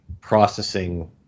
processing